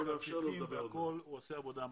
הוא עושה עבודה מדהימה.